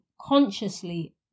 consciously